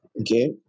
okay